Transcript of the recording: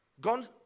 Gone